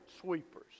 sweepers